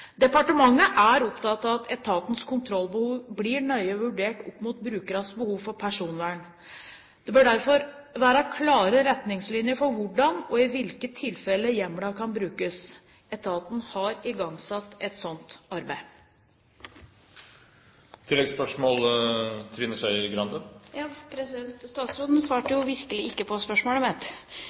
Departementet er opptatt av at etatens kontrollbehov blir nøye vurdert opp mot brukernes behov for personvern. Det bør derfor være klare retningslinjer for hvordan og i hvilke tilfeller hjemlene kan brukes. Etaten har igangsatt et slikt arbeid. Statsråden svarte jo virkelig ikke på spørsmålet mitt.